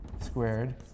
squared